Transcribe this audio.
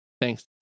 thanks